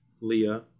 Leah